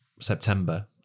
september